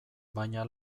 baina